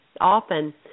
often